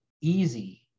easy